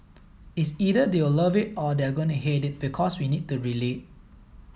it's either they'll love it or they are going to hate it because we need to relate